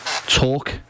Talk